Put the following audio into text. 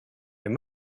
they